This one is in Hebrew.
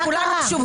מה קרה?